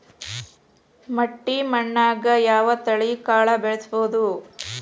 ಮಟ್ಟಿ ಮಣ್ಣಾಗ್, ಯಾವ ತಳಿ ಕಾಳ ಬೆಳ್ಸಬೋದು?